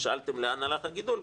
כששאלתם לאן הלך הגידול,